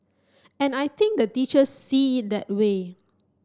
and I think the teachers see it that way